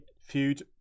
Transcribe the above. Feud